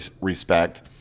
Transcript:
respect